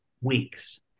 weeks